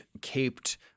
caped